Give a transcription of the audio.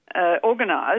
organised